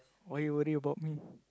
why you worry about me